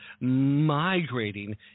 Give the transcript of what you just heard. migrating